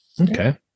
Okay